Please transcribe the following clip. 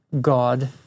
God